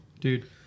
dude